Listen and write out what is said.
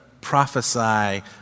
prophesy